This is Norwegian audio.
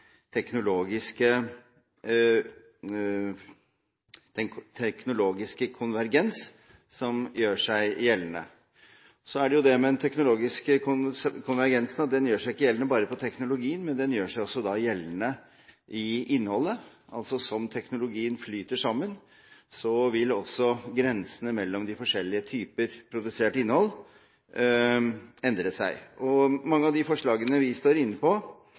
den teknologiske konvergens som gjør seg gjeldende. Så er det det med den teknologiske konvergensen at den gjør seg ikke gjeldende bare på teknologien, men den gjør seg også gjeldende i innholdet, altså som teknologien flyter sammen, vil også grensene mellom de forskjellige typer produsert innhold endre seg. Mange av de forslagene vi står inne på,